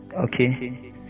Okay